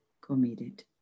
committed